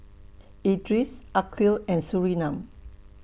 Idris Aqil and Surinam